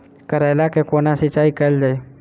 करैला केँ कोना सिचाई कैल जाइ?